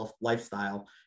lifestyle